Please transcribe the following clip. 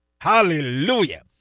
Hallelujah